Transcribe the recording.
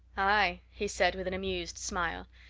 aye! he said with an amused smile.